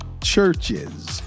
churches